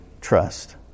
trust